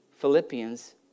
Philippians